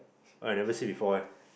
I never see before ah